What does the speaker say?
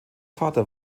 vater